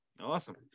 Awesome